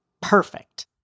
perfect